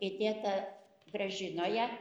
įdėta gražinoje